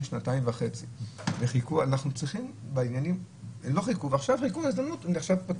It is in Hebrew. שנתיים וחצי וחיכו להזדמנות הנה עכשיו פתוח,